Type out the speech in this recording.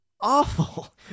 Awful